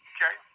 Okay